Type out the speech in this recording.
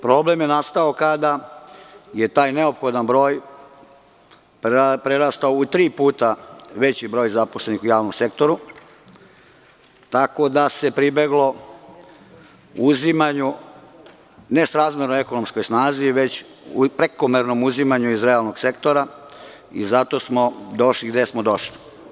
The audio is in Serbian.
Problem je nastao kada je taj neophodan broj prerastao u tri puta veći broj zaposlenih u javnom sektoru, tako da se pribeglo uzimanju nesrazmerno ekonomskoj snazi, već prekomernom uzimanju iz realnog sektora i zato smo došli gde smo došli.